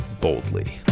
boldly